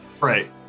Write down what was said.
right